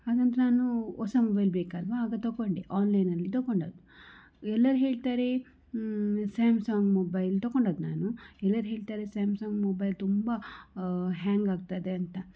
ಅನಂತರ ನಾನು ಹೊಸ ಮೊಬೈಲ್ ಬೇಕಲ್ವಾ ಆಗ ತಕೊಂಡೆ ಆನ್ಲೈನ್ನಲ್ಲಿ ತಕೊಂಡದ್ದು ಎಲ್ಲರೂ ಹೇಳ್ತಾರೆ ಸ್ಯಾಮ್ಸಂಗ್ ಮೊಬೈಲ್ ತಕೊಂಡದ್ದು ನಾನು ಎಲ್ಲರೂ ಹೇಳ್ತಾರೆ ಸ್ಯಾಮ್ಸಂಗ್ ಮೊಬೈಲ್ ತುಂಬ ಹ್ಯಾಂಗ್ ಆಗ್ತದೆ ಅಂತ